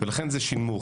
לכן זה שנמוך.